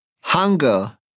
Hunger